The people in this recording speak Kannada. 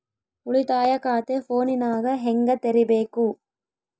ಉಳಿತಾಯ ಖಾತೆ ಫೋನಿನಾಗ ಹೆಂಗ ತೆರಿಬೇಕು?